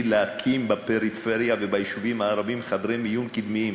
להקים בפריפריה וביישובים הערביים חדרי מיון קדמיים,